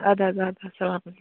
اَدٕ حظ اَدٕ حظ